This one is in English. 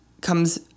comes